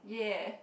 ya